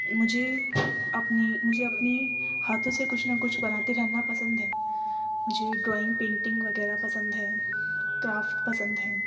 مجھے اپنی مجھے اپنی ہاتھوں سے کچھ نہ کچھ بناتے رہنا پسند ہے مجھے ڈرائنگ پینٹنگ وغیرہ پسند ہے کرافٹ پسند ہے